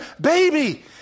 baby